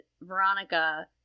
Veronica